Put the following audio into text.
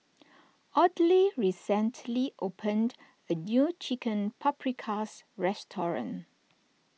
Audley recently opened a new Chicken Paprikas restaurant